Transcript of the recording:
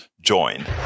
join